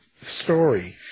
story